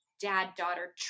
dad-daughter